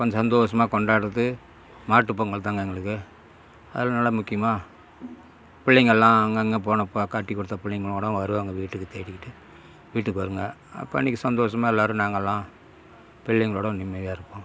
கொஞ்சம் சந்தோஷமாக கொண்டாடுறது மாட்டு பொங்கல் தாங்க எங்களுக்கு அதில் நல்ல முக்கியமாக பிள்ளைங்க எல்லாம் அங்கே அங்கே போனப்போ கட்டிக்கொடுத்த பிள்ளைங்களோட வருவாங்க வீட்டுக்கு தேடிகிட்டு வீட்டுக்கு வருங்க அப்போ அன்றைக்கு எல்லோரும் சந்தோஷமாக நாங்கல்லாம் பிள்ளைங்களோடு நிம்மதியாக இருப்போம்